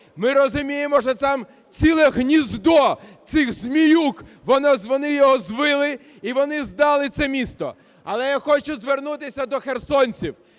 Ми розуміємо, що там ціле гніздо цих зміюк. Вони його звили, і вони здали це місто. Але я хочу звернутися до херсонців.